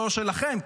לא לכם,